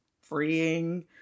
freeing